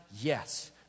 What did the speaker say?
Yes